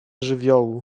żywiołu